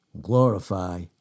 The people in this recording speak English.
glorify